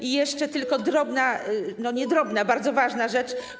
I jeszcze tylko drobna, nie drobna, bardzo ważna rzecz.